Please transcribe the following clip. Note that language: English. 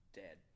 dead